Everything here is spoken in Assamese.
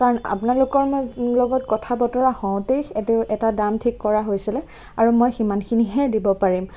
কাৰণ আপোনালোকৰ লগত কথা বতৰা হওঁতেই এটা দাম ঠিক কৰা হৈছিলে আৰু মই সিমানখিনিহে দিব পাৰিম